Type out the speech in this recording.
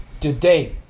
today